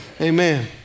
Amen